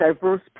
diverse